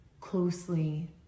closely